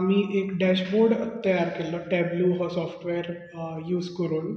आमी एक डॅशबोर्ड तयार केल्लो टॅब्लू हो सॉफ्टवेर यूज करून